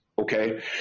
Okay